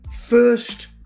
first